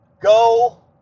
Go